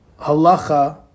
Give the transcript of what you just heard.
halacha